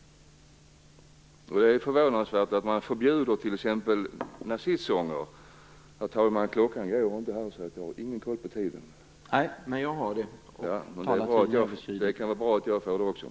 Varför, till sist, denna undfallenhet? Kan det bero på att man från socialdemokraternas sida inte vill skära av den hand som har gött en eller som framöver i maktsyfte kan tänkas göda en?